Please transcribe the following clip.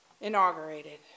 inaugurated